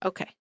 Okay